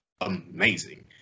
amazing